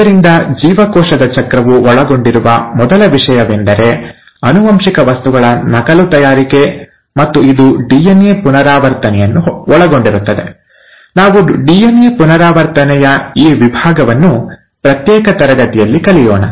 ಆದ್ದರಿಂದ ಜೀವಕೋಶದ ಚಕ್ರವು ಒಳಗೊಂಡಿರುವ ಮೊದಲ ವಿಷಯವೆಂದರೆ ಆನುವಂಶಿಕ ವಸ್ತುಗಳ ನಕಲು ತಯಾರಿಕೆ ಮತ್ತು ಇದು ಡಿಎನ್ಎ ಪುನರಾವರ್ತನೆಯನ್ನು ಒಳಗೊಂಡಿರುತ್ತದೆ ನಾವು ಡಿಎನ್ಎ ಪುನರಾವರ್ತನೆಯ ಈ ವಿಭಾಗವನ್ನು ಪ್ರತ್ಯೇಕ ತರಗತಿಯಲ್ಲಿ ಕಲಿಯೋಣ